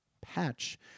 Patch